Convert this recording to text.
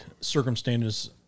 circumstances